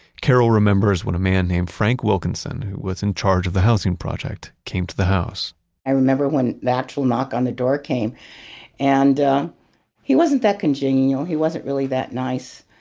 carol remembers when a man named frank wilkinson, who was in charge of the housing project, came to the house i remember when the actual knock on the door came and he wasn't that congenial. he wasn't really that nice.